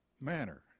manner